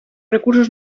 recursos